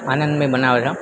આનંદમય બનાવે છે